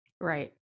right